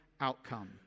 outcome